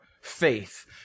faith